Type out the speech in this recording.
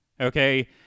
okay